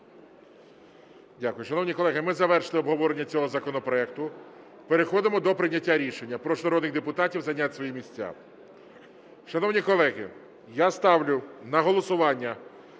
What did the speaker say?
Дякую. Шановні колеги, ми завершили обговорення цього законопроекту. Переходимо до прийняття рішення. Прошу народних депутатів зайняти свої місця. Шановні колеги, я ставлю на голосування